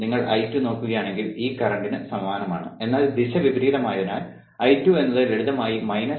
നിങ്ങൾ I2 നോക്കുകയാണെങ്കിൽ ഈ കറന്റ്ന് സമാനമാണ് എന്നാൽ ദിശ വിപരീതമായതിനാൽ I2 എന്നത് ലളിതമായി V1 1 കിലോ Ω ആണ്